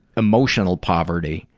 emotional poverty,